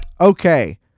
Okay